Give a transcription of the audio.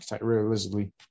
realistically